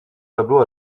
tableau